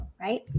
right